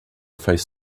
faz